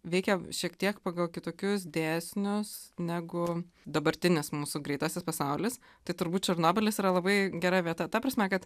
veikia šiek tiek pagal kitokius dėsnius negu dabartinis mūsų greitasis pasaulis tai turbūt černobylis yra labai gera vieta ta prasme kad